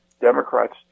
Democrats